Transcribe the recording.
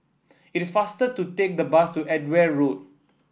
it is faster to take the bus to Edgware Road